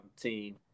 team